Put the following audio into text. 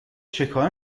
چکار